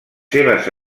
seves